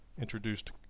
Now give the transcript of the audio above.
introduced